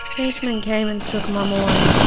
policeman came and took mum away.